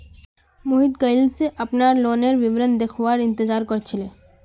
मोहित कइल स अपनार लोनेर विवरण देखवार इंतजार कर छिले